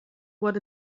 what